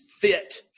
fit